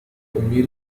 أمي